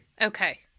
Okay